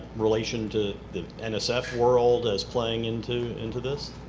relation to the and so nsf world as playing into into this?